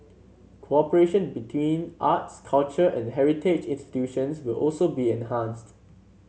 cooperation between arts culture and heritage institutions will also be enhanced